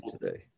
today